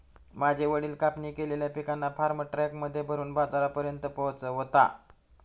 माझे वडील कापणी केलेल्या पिकांना फार्म ट्रक मध्ये भरून बाजारापर्यंत पोहोचवता